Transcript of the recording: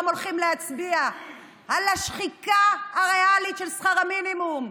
הולכים להצביע על השחיקה הריאלית של שכר המינימום.